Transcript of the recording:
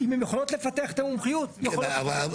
אם הן יכולות לפתח את המומחיות, הן יכולות.